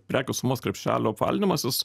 prekių sumos krepšelio valdymasis